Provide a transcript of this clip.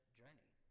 journey